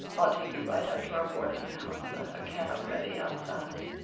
i'll take you right up to our boardinghouse. i've a cab ready outside.